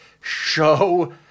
show